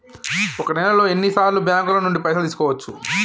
ఒక నెలలో ఎన్ని సార్లు బ్యాంకుల నుండి పైసలు తీసుకోవచ్చు?